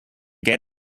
get